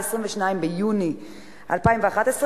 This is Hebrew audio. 22 ביוני 2011,